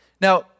Now